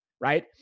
Right